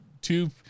two